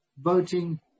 voting